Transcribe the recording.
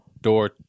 Door